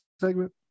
segment